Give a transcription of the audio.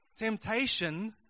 temptation